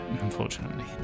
unfortunately